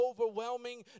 overwhelming